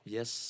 Yes